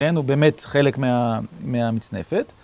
כן, הוא באמת חלק מהמצנפת.